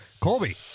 colby